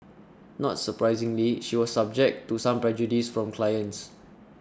not surprisingly she was subject to some prejudice from clients